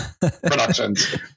productions